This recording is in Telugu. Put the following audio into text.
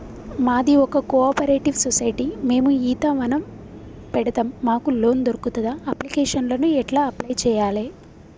మాది ఒక కోఆపరేటివ్ సొసైటీ మేము ఈత వనం పెడతం మాకు లోన్ దొర్కుతదా? అప్లికేషన్లను ఎట్ల అప్లయ్ చేయాలే?